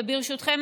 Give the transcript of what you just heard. וברשותכם,